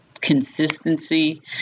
consistency